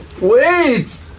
Wait